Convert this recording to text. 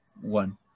one